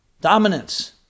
dominance